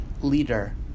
leader